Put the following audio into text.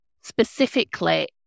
specifically